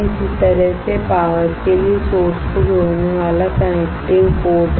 इसी तरह से पावर के लिए सोर्स को जोड़ने वाला कनेक्टिंग पोर्ट है